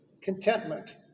Contentment